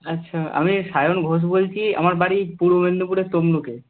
আচ্ছা আমি সায়ন ঘোষ বলছি আমার বাড়ি পূর্ব মেদিনীপুরের তমলুকে